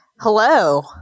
hello